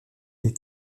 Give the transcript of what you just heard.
les